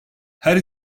her